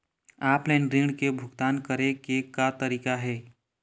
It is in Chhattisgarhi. ऑफलाइन ऋण के भुगतान करे के का तरीका हे?